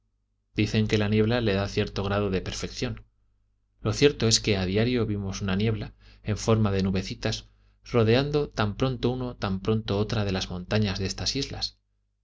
dicen que la niebla le da cierto grado de perfección lo cierto es que a diario vimos una niebla en forma de nubecitas rodeando tan pronto una tan pronto otra de las montañas de estas islas